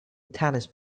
tennis